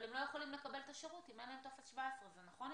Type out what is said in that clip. אבל הם לא יכולים לקבל את השירות אם אין להם טופס 17. זה נכון,